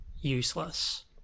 useless